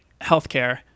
healthcare